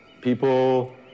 people